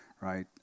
right